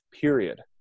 period